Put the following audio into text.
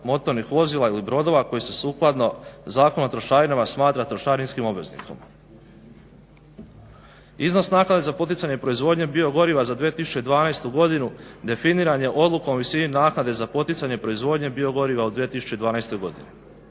motornih vozila ili brodova koji su sukladno Zakonu o trošarinama smatra trošarinskim obveznikom. Iznos naknade za poticanje proizvodnje biogoriva za 2012. godinu definiran je odlukom o visini naknade za poticanje proizvodnje biogoriva u 2012. godini.,